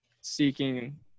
seeking